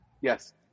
Yes